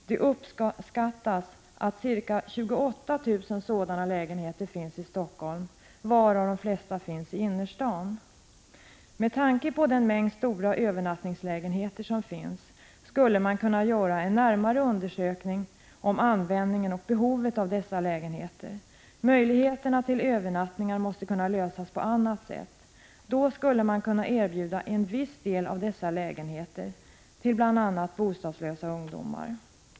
Det beräknas att ca 28 000 sådana lägenheter finns i Helsingfors, varav de flesta finns i innerstaden. Med tanke på den stora mängd övernattningslägenheter som finns skulle man kunna göra en närmare undersökning om användningen och behovet av dessa lägenheter. Problemet med övernattningar måste kunna lösas på annat sätt. Då skulle man kunna erbjuda en viss del av dessa lägenheter till bl.a. bostadslösa ungdomar.